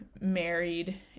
married